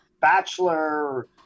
Bachelor